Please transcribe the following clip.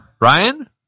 Ryan